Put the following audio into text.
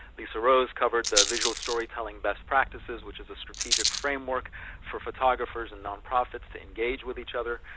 lisa rose covered the storytelling best practices, which is a strategic framework for photographers and nonprofits to engage with each other.